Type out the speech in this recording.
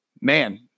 Man